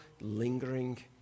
lingering